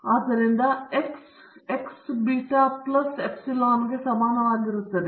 ಆದ್ದರಿಂದ ನೀವು x x beta plus ಎಪ್ಸಿಲನ್ಗೆ ಸಮಾನವಾಗಿರುತ್ತದೆ